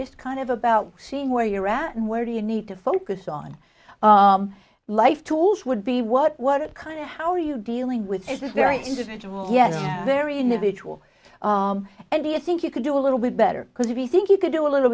just kind of about seeing where you're at and where do you need to focus on life goals would be what what kind of how are you dealing with this very individual yes very individual and do you think you could do a little bit better because if you think you could do a little